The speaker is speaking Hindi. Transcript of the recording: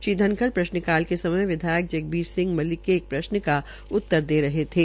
श्री धनखड़ प्रश्नकाल के समय विधायक जगबीर सिंह मलिक के एक प्रश्न का उतर दे रहे थे